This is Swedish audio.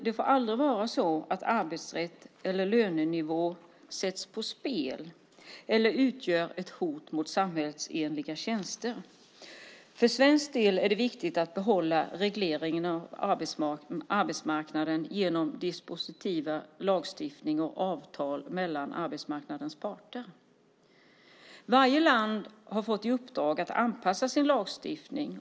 Det får aldrig vara så att arbetsrätt eller lönenivå sätts på spel eller utgör ett hot mot samhälleliga tjänster. För svensk del är det viktigt att behålla regleringen av arbetsmarknaden genom dispositiva lagstiftningar och avtal mellan arbetsmarknadens parter. Varje land har fått i uppdrag att anpassa sin lagstiftning.